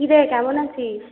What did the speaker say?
কী রে কেমন আছিস